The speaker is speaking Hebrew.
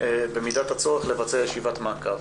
במידת הצורך, לבצע ישיבת מעקב.